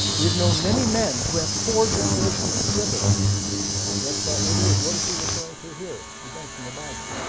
we have known many men who have four generations living. so that's about eighty years what is he referring to here? again, from the bible